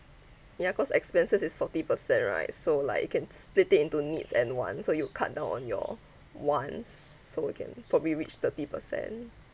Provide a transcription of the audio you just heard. ya cause expenses is forty percent right so like you can split it into needs and wants so you cut down on your wants s~ so can probably reach thirty percent